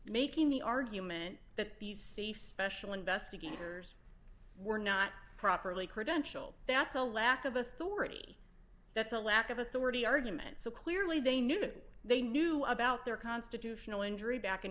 making the argument that these safe special investigators were not properly credentialed that's a lack of authority that's a lack of authority argument so clearly they knew that they knew about their constitutional injury back in